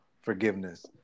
forgiveness